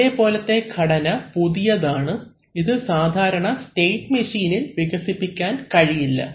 ഇതേ പോലത്തെ ഘടന പുതിയതാണ് ഇത് സാധാരണ സ്റ്റേറ്റ് മെഷീനിൽ വികസിപ്പിക്കാൻ കഴിയില്ല